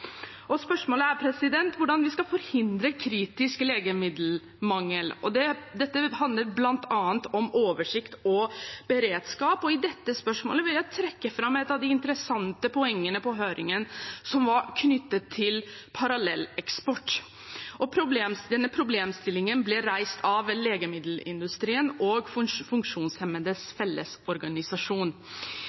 Spørsmålet er hvordan vi skal forhindre kritisk legemiddelmangel. Dette handler bl.a. om oversikt og beredskap, og i dette spørsmålet vil jeg trekke fram et av de interessante poengene på høringen, som var knyttet til parallelleksport. Denne problemstillingen ble reist av Legemiddelindustrien, LMI, og Funksjonshemmedes Fellesorganisasjon.